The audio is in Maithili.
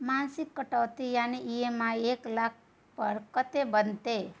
मासिक कटौती यानी ई.एम.आई एक लाख पर कत्ते के बनते?